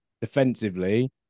defensively